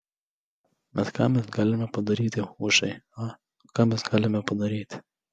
bet ką mes galime padaryti hušai a ką mes galime padaryti